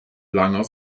langer